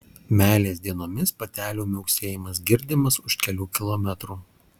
meilės dienomis patelių miauksėjimas girdimas už kelių kilometrų